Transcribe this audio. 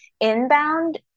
inbound